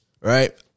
Right